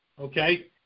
okay